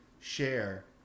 share